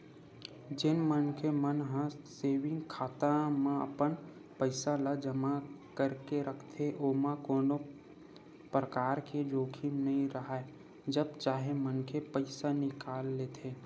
जेन मनखे मन ह सेंविग खाता म अपन पइसा ल जमा करके रखथे ओमा कोनो परकार के जोखिम नइ राहय जब चाहे मनखे पइसा निकाल लेथे